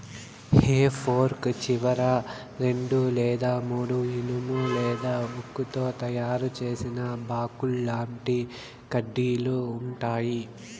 హె fork చివరన రెండు లేదా మూడు ఇనుము లేదా ఉక్కుతో తయారు చేసిన బాకుల్లాంటి కడ్డీలు ఉంటాయి